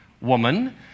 woman